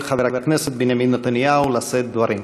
חבר הכנסת בנימין נתניהו לשאת דברים.